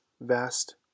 vast